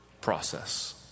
process